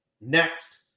Next